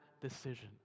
decision